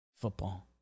football